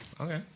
Okay